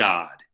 God